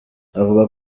avuga